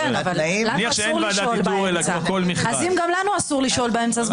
כן, אבל לנו אסור לשאול באמצע.